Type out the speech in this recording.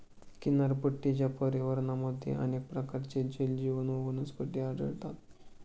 किनारपट्टीच्या पर्यावरणामध्ये अनेक प्रकारचे जलजीव व वनस्पती आढळतात